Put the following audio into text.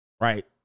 Right